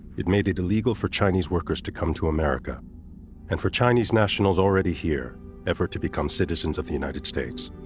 it made it illegal for chinese workers to come to america and for chinese nationals already here ever to become citizens of the united states.